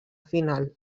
final